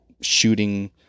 shooting